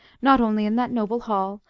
not only in that noble hall,